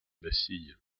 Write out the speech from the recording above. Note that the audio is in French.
bastille